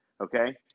Okay